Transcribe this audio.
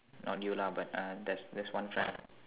not you lah but uh there's there's one friend